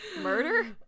Murder